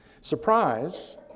Surprise